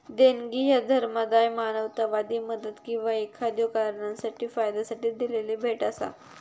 देणगी ह्या धर्मादाय, मानवतावादी मदत किंवा एखाद्यो कारणासाठी फायद्यासाठी दिलेली भेट असा